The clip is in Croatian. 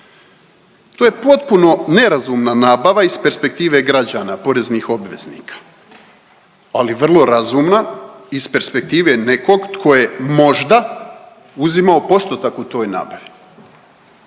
To je potpuno nerazumna nabava iz perspektive građana, poreznih obveznika, ali vrlo razumna iz perspektive nekog tko je možda uzimao postotak u toj nabavi.